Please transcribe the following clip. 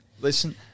Listen